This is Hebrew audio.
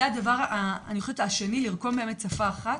זה הדבר אני חושבת השני, לרקום שפה אחת.